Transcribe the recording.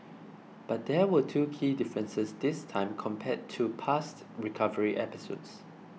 but there were two key differences this time compared to past recovery episodes